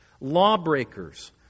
lawbreakers